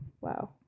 Wow